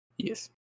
Yes